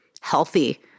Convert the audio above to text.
healthy